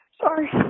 sorry